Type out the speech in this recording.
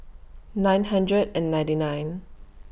nine hundred and ninety nine